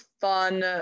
fun